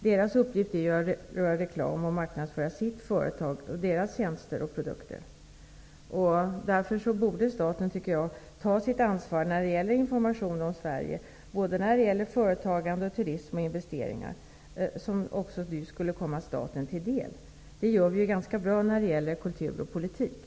Deras uppgift är att göra reklam för och att marknadsföra sina företag och deras tjänster och produkter. Därför tycker jag att staten borde ta sitt ansvar när det gäller informationen om Sverige, när det gäller såväl företagande och turism som investeringar, vilket också skulle komma staten till del. Detta gör man ju ganska bra när det gäller kultur och politik.